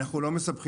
אנחנו לא מסבכים.